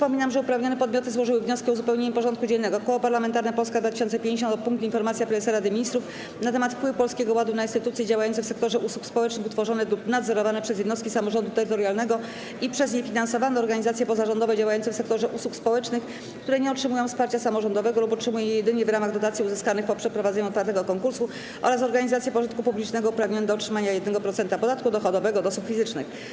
Przypominam, że uprawnione podmioty złożyły wnioski o uzupełnienie porządku dziennego: - Koło Parlamentarne Polska 2050 o punkt: Informacja Prezesa Rady Ministrów na temat wpływu Polskiego Ładu na instytucje działające w sektorze usług społecznych, utworzone lub nadzorowane przez jednostki samorządu terytorialnego i przez nie finansowane, organizacje pozarządowe działające w sektorze usług społecznych, które nie otrzymują wsparcia samorządowego lub otrzymują je jedynie w ramach dotacji uzyskanych po przeprowadzeniu otwartego konkursu oraz organizacje pożytku publicznego, uprawnione do otrzymywania 1% podatku dochodowego od osób fizycznych;